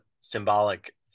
symbolic